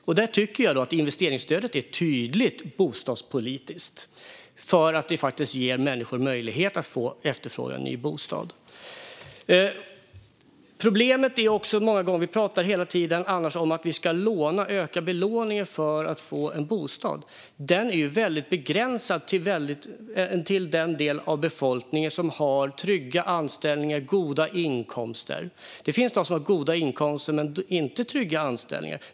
Jag tycker att investeringsstödet är tydligt bostadspolitiskt, för det ger människor möjlighet att efterfråga en ny bostad. Det finns dock ett problem. Vi pratar hela tiden om att man ska öka belåningen för att få en bostad. Men det är ju begränsat till den del av befolkningen som har trygga anställningar och goda inkomster. Det finns de som har goda inkomster men inte trygga anställningar.